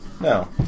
No